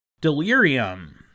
Delirium